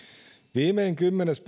viimein kymmenes